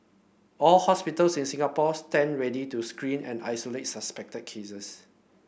all hospitals in Singapore stand ready to screen and isolate suspect cases